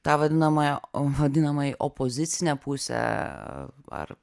tą vadinamąją vadinamąją opozicinę pusę ar